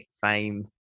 fame